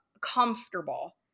comfortable